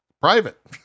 private